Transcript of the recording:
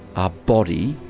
are body,